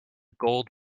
gold